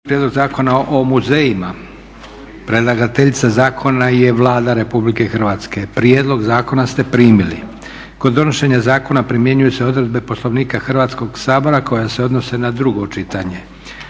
čitanje, P.Z.E. br. 791 Predlagateljica zakona je Vlada Republike Hrvatske. Prijedlog zakona ste primili. Kod donošenja zakona primjenjuju se odredbe Poslovnika Hrvatskog sabora koje se odnose na drugo čitanje,